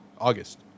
august